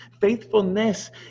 Faithfulness